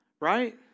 right